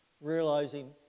realizing